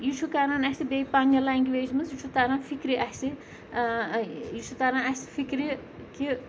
یہِ چھُ کَرَن اَسہِ بیٚیہِ پنٛنہِ لنٛگویج منٛز یہِ چھُ تَرَان فِکرِ اَسہِ یہِ چھُ تَران اَسہِ فِکرِ کہِ